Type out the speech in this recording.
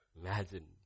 imagine